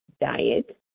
diet